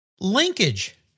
Linkage